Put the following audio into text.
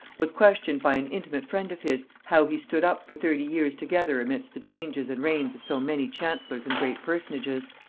was questioned by an intimate friend of his, how he stood up for thirty years together amidst the changes and reigns of so many chancellors and great personages.